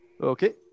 Okay